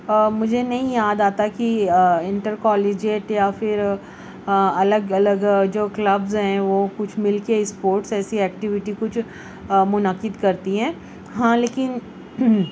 مجھے نہیں یاد آتا کہ انٹر کالجیٹ یا پھر الگ الگ جو کلبز ہیں وہ کچھ مل کے اسپورٹس ایسی ایکٹیویٹی کچھ منعقد کرتی ہیں ہاں لیکن